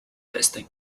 testing